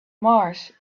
mars